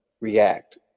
react